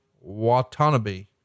Watanabe